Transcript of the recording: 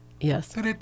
yes